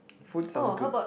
food sounds good